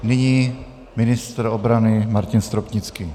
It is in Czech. Nyní ministr obrany Martin Stropnický.